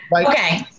Okay